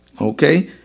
okay